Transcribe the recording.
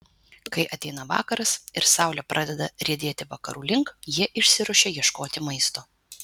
kai ateina vakaras ir saulė pradeda riedėti vakarų link jie išsiruošia ieškoti maisto